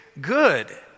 good